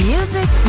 Music